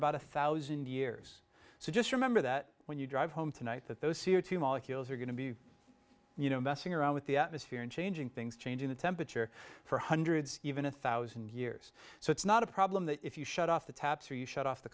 about one thousand years so just remember that when you drive home tonight that those c o two molecules are going to be you know messing around with the atmosphere and changing things changing the temperature for hundreds even a thousand years so it's not a problem that if you shut off the taps or you shut off the